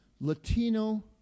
Latino